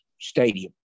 stadium